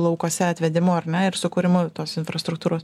laukuose atvedimu ar ne ir sukūrimu tos infrastruktūros